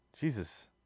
Jesus